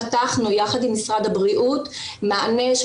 פתחנו יחד עם משרד הבריאות מענה,